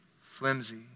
flimsy